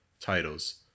Titles